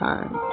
Time